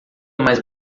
mais